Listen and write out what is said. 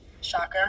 Shocker